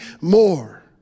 more